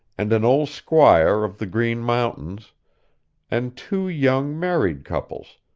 and an old squire of the green mountains and two young married couples,